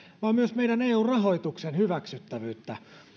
vaan myös meidän eun rahoituksen hyväksyttävyyttä